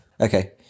okay